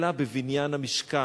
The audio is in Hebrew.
אלא בבניין המשכן,